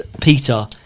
Peter